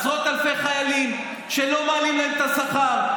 עשרות אלפי חיילים שלא מעלים להם את השכר.